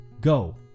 Go